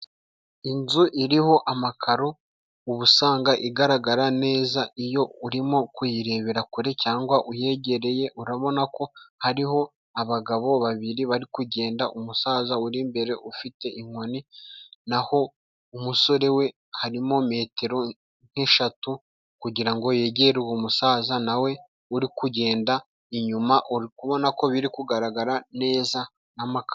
Inzu iriho amakaro uba usanga igaragara neza iyo urimo kuyirebera kure cyangwa uyegereye. Urabona ko hariho abagabo babiri bari kugenda, umusaza uri imbere ufite inkoni, na ho umusore we harimo metero nk'eshatu kugira ngo yegere uwo musaza nawe, uri kugenda inyuma. Uri kubona ko biri kugaragara neza n'amakaro.